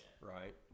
right